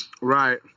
Right